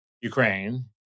Ukraine